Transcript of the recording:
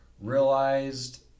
realized